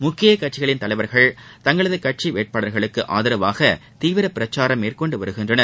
முக்கிய கட்சிகளின் தலைவர்கள் தங்களது கட்சி வேட்பாளர்களுக்கு ஆதரவாக தீவிர பிரச்சாரம் மேற்கொண்டு வருகின்றனர்